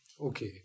okay